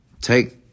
take